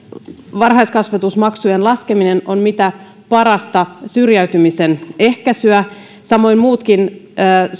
varhaiskasvatusmaksujen laskeminen on mitä parasta syrjäytymisen ehkäisyä samoin muutkin